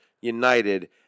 United